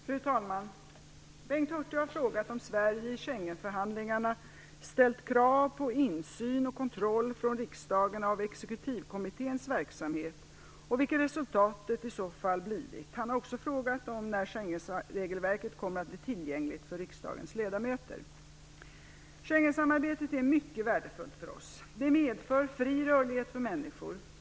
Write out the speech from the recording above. Fru talman! Bengt Hurtig har frågat om Sverige i Schengenförhandlingarna ställt krav på insyn och kontroll från riksdagen av exekutivkommitténs verksamhet och vilket resultatet i så fall blivit. Han har också frågat om när Schengenregelverket kommer att bli tillgängligt för riksdagens ledamöter. Schengensamarbetet är mycket värdefullt för oss. Det medför fri rörlighet för människor.